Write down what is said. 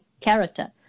character